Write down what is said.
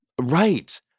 right